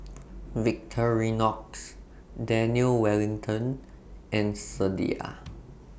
Victorinox Daniel Wellington and Sadia